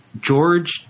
George